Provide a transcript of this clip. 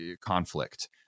conflict